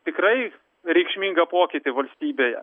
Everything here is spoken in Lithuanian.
tikrai reikšmingą pokytį valstybėje